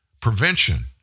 Prevention